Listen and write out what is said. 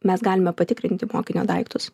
mes galime patikrinti mokinio daiktus